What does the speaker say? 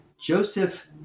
Joseph